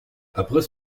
après